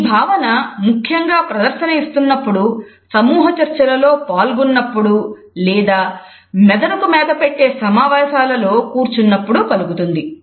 ఈ భావన ముఖ్యంగా ప్రదర్శన ఇస్తున్నపుడు సమూహ చర్చల్లో పాల్గొన్నప్పుడు లేదా మెదడుకు మేత పెట్టే సమావేశాలలో కూర్చున్నప్పుడు కలుగుతుంది